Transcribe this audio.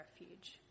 refuge